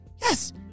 yes